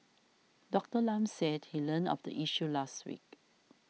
Doctor Lam said he learnt of the issue last week